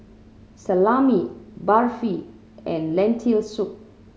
Salami Barfi and Lentil Soup